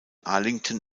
arlington